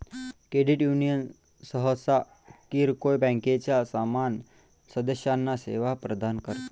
credit union सहसा किरकोळ बँकांच्या समान सदस्यांना सेवा प्रदान करतात